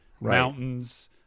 mountains